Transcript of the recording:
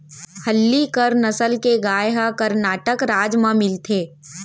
हल्लीकर नसल के गाय ह करनाटक राज म मिलथे